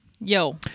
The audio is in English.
Yo